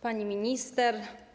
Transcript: Pani Minister!